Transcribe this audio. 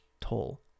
toll